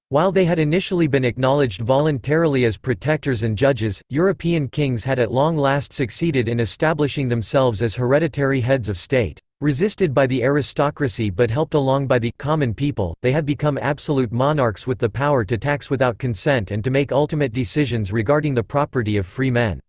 while they had initially been acknowledged voluntarily as protectors and judges, european kings had at long last succeeded in establishing themselves as hereditary heads of state. resisted by the aristocracy but helped along by the common people, they had become absolute monarchs with the power to tax without consent and to make ultimate decisions regarding the property of free men.